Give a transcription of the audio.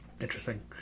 Interesting